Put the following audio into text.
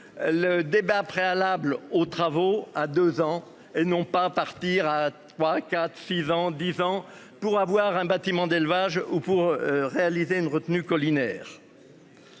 le débat préalable aux travaux à deux ans et non pas partir à trois, quatre, six ans, 10 ans pour avoir un bâtiment d'élevage ou pour réaliser une retenue colinéaire.